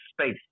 space